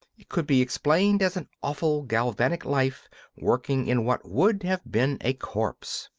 it could be explained as an awful galvanic life working in what would have been a corpse.